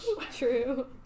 true